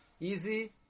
easy